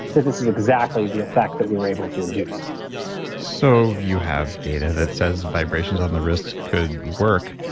that this is exactly the effect that we were able to induce so you have data that says vibrations on the wrists could work.